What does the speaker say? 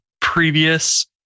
previous